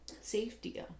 Safety